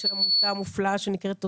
עמותה מופלאה שנקראת "אותות",